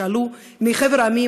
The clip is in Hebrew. שעלו מחבר העמים,